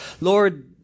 Lord